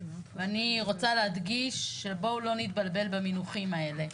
אני רוצה להדגיש שבואו לא נתבלבל במינוחים האלה.